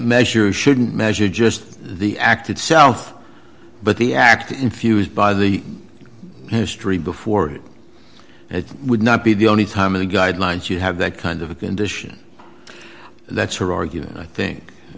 measure shouldn't measure just the act itself but the act infused by the history before it it would not be the only time in the guidelines you have that kind of a condition that's her argument i think